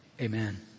Amen